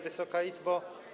Wysoka Izbo!